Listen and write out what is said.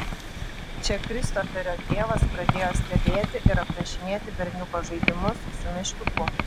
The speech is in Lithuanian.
čia kristoferio tėvas pradėjo stebėti ir aprašinėti berniuko žaidimus su meškiuku